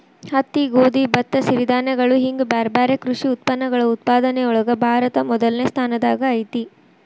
ಹತ್ತಿ, ಗೋಧಿ, ಭತ್ತ, ಸಿರಿಧಾನ್ಯಗಳು ಹಿಂಗ್ ಬ್ಯಾರ್ಬ್ಯಾರೇ ಕೃಷಿ ಉತ್ಪನ್ನಗಳ ಉತ್ಪಾದನೆಯೊಳಗ ಭಾರತ ಮೊದಲ್ನೇ ಸ್ಥಾನದಾಗ ಐತಿ